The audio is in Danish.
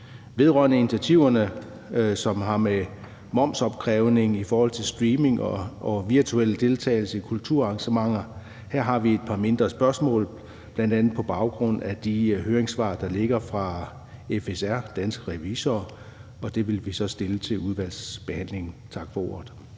Vedrørende initiativerne, som har at gøre med momsopkrævning i forhold til streaming og virtuel deltagelse i kulturarrangementer, har vi et par mindre spørgsmål, bl.a. på baggrund af de høringssvar, der ligger fra FSR - danske revisorer, og dem vil vi så stille i udvalgsbehandlingen. Tak for ordet.